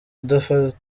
udapfa